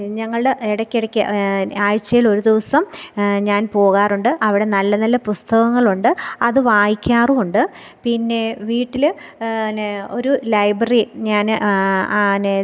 ഞങ്ങളുടെ ഇടയ്ക്കിടയ്ക്ക് ആഴ്ച്ചയിൽ ഒരു ദിവസം ഞാൻ പോകാറുണ്ട് അവിടെ നല്ല നല്ല പുസ്തകങ്ങളുണ്ട് അത് വായിക്കാറുമുണ്ട് പിന്നെ വീട്ടിൽ പിന്നെ ഒരു ലൈബ്രറി ഞാൻ ആന്